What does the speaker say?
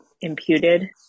imputed